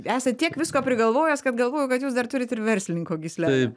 esat tiek visko prigalvojęs kad galvoju kad jūs dar turit ir verslininko gyslelę